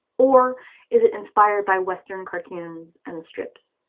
or is it inspired by western cartoons and strips?